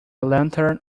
lantern